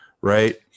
right